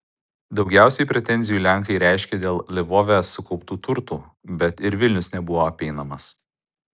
daugiausiai pretenzijų lenkai reiškė dėl lvove sukauptų turtų bet ir vilnius nebuvo apeinamas